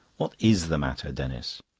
what is the matter, denis?